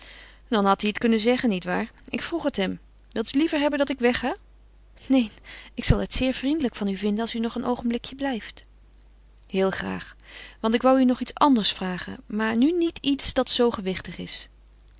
dan had hij het kunnen zeggen niet waar ik vroeg het hem wil u liever hebben dat ik wegga neen ik zal het zeer vriendelijk van u vinden als u nog een oogenblikje blijft heel graag want ik woû u nog iets anders vragen maar nu niet iets dat zoo gewichtig is